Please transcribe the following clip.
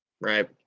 right